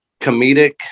comedic